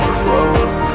close